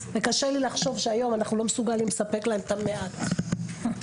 וקשה לי לחשוב שהיום אנחנו לא מספקים להם את המעט שהם